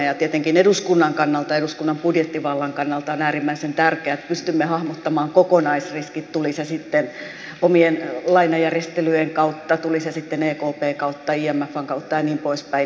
ja tietenkin eduskunnan kannalta ja eduskunnan budjettivallan kannalta on äärimmäisen tärkeää että pystymme hahmottamaan kokonaisriskin tuli se sitten omien lainajärjestelyjen kautta tuli se sitten ekpn kautta imfn kautta ja niin poispäin